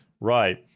Right